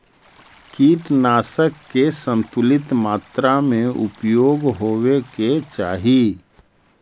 कीटनाशक के संतुलित मात्रा में उपयोग होवे के चाहि